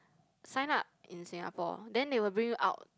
sign up in Singapore then they will bring you out